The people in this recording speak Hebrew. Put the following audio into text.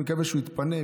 אני מקווה שהוא יתפנה,